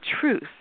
truth